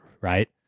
right